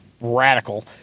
radical